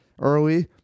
early